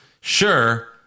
sure